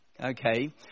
okay